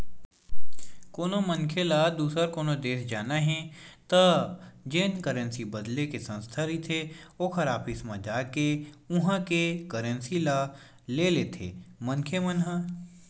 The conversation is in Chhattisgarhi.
कोनो मनखे ल दुसर कोनो देस जाना हे त जेन करेंसी बदले के संस्था रहिथे ओखर ऑफिस म जाके उहाँ के करेंसी ल ले लेथे मनखे मन ह